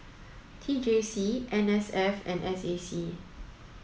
T J C N S F and S A C